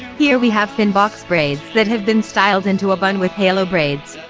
here we have thin box braids that have been styled into a bun with halo braids.